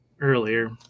earlier